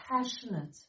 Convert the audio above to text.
passionate